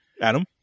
Adam